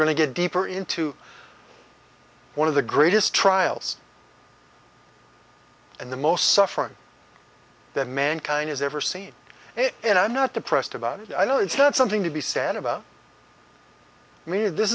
going to get deeper into one of the greatest trials and the most suffering that mankind has ever seen it and i'm not depressed about it i know it's not something to be said about me this